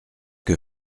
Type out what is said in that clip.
que